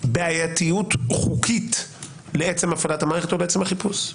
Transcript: בעייתיות חוקית לעצם הפעלת המערכת או לעצם החיפוש.